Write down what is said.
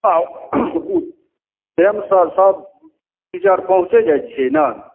हँ ओ टाइम सऽ सब टीचर पहुँचै जाइ छियै ने